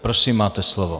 Prosím, máte slovo.